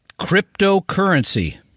cryptocurrency